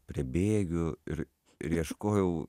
prie bėgių ir ir ieškojau